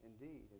indeed